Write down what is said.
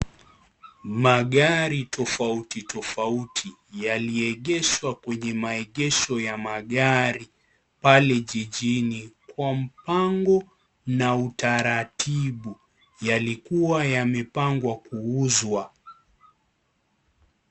Magari tofauti tofauti yaliegeshwa kwenye maegesho ya magari pale jijini kwa mpango na utaratibu . Yalikuwa yamepangwa kuuzwa.